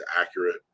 accurate